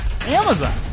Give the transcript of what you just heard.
Amazon